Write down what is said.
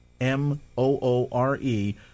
M-O-O-R-E